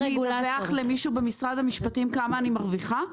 את רוצה שאני אדווח למישהו במשרד המשפטים כמה אני מרוויחה?